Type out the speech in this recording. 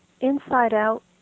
inside-out